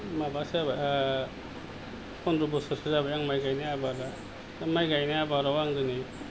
माबासो जाबाय पन्द्र' बोसोरसो जाबाय आं माइ गायनाय आबादा दा माइ गायनाय आबादाव आं दिनै